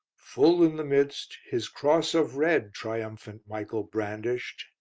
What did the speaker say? full in the midst, his cross of red triumphant michael brandished,